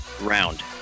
round